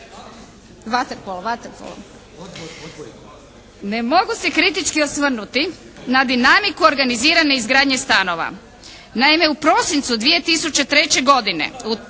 Ne mogu se kritički osvrnuti na dinamiku organizirane izgradnje stanova. Naime u prosincu 2003. godine u